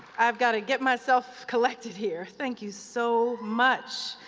i've got to get myself collected here. thank you so much.